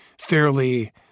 fairly